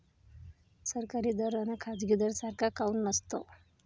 सरकारी दर अन खाजगी दर सारखा काऊन नसतो?